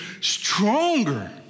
stronger